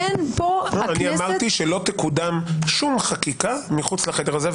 אין פה- -- אמרתי שלא תקודם שום חקיקה מחוץ לחדר הזה,